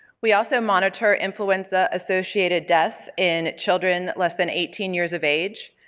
we also monitor influenza associated deaths in children less than eighteen years of age.